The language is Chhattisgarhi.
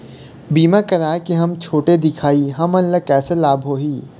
बीमा कराए के हम छोटे दिखाही हमन ला कैसे लाभ होही?